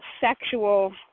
sexual